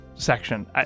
section